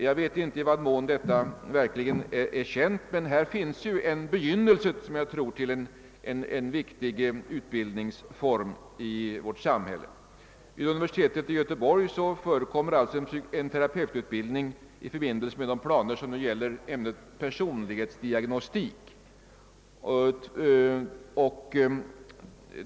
Jag vet inte i vad mån detta är känt, men här finns alltså begynnelsen till en viktig utbildningsform i vårt samhälle. Utbildningen på området vid Göteborgs universitet bedrivs i förbindelse med undervisningsplanen för personlighetsdiagnostik.